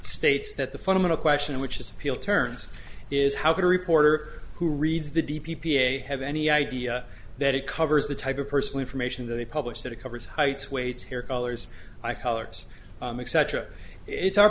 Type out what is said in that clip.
states that the fundamental question which is appeal turns is how could a reporter who reads the d p p a have any idea that it covers the type of personal information they publish that it covers heights weights here colors i colors etc it's our